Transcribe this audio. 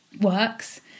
works